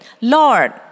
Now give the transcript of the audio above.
Lord